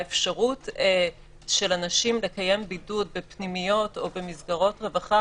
האפשרות של אנשים לקיים בידוד בפנימיות או במסגרת רווחה,